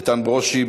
איתן ברושי,